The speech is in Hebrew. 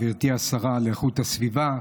גברתי השרה לאיכות הסביבה,